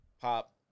pop